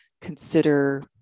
consider